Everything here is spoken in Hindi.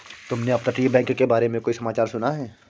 तुमने अपतटीय बैंक के बारे में कोई समाचार सुना है?